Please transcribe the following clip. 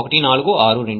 1462 సరే